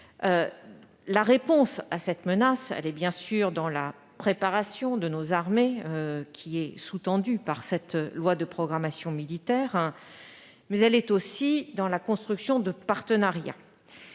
La réponse à ces menaces est, bien sûr, la préparation de nos armées, sous-tendue par cette loi de programmation militaire, mais aussi la construction de partenariats.